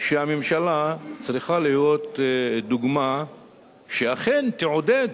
שהממשלה צריכה להיות דוגמה שאכן תעודד